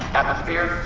atmosphere